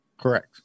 Correct